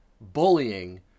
Bullying